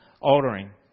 altering